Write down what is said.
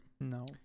No